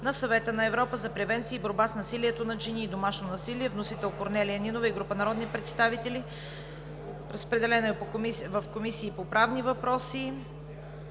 на Съвета на Европа за превенция и борба с насилието над жени и домашното насилие?“. Вносители – Корнелия Нинова и група народни представители. Разпределено е на Комисията по правни въпроси,